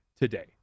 today